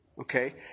Okay